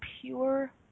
pure